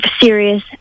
serious